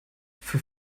für